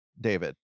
David